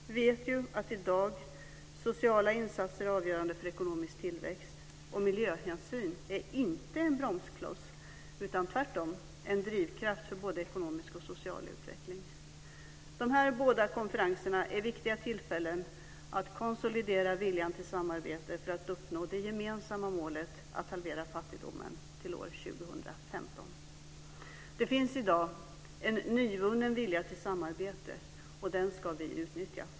Vi vet i dag att sociala insatser är avgörande för ekonomisk tillväxt, och miljöhänsyn är inte en bromskloss utan tvärtom en drivkraft för både ekonomisk och social utveckling. De här båda konferenserna är viktiga tillfällen att konsolidera viljan till samarbete för att uppnå det gemensamma målet att halvera fattigdomen till år 2015. Det finns i dag en nyvunnen vilja till samarbete, och den ska vi utnyttja.